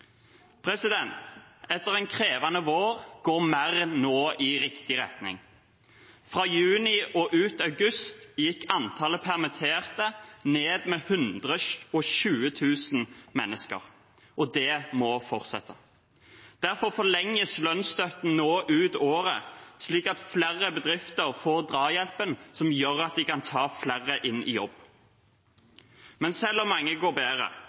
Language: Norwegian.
Etter en krevende vår går mer i riktig retning nå. Fra juni og ut august gikk antallet permitterte ned med 120 000 mennesker, og det må fortsette. Derfor forlenges lønnsstøtten nå ut året, slik at flere bedrifter får drahjelpen som gjør at de kan ta flere inn i jobb. Men selv om det går bedre